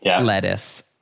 lettuce